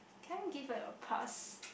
can I give it a pass